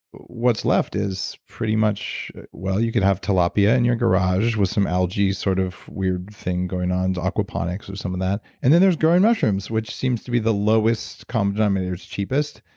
what's left is pretty much well, you could have tilapia in your garage with some algae sort of weird thing going on there's aquaponics with some of that. and then there's growing mushrooms which seems to be the lowest common denominator. it's cheapest,